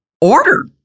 order